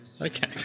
Okay